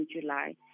July